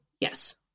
yes